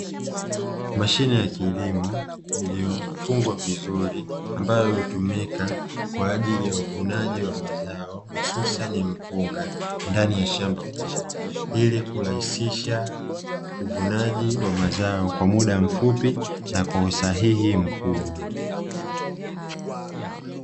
Mashine ya kilimo iliyofungwa vizuri, ambayo hutumika kwa ajili ya uvunaji wa mazao hususan mpunga ndani ya shamba kubwa, ili kurahisisha uvunaji wa mazao kwa muda mfupi na kwa usahihi mkubwa.